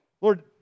Lord